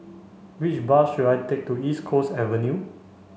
which bus should I take to East Coast Avenue